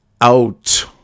out